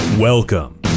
Welcome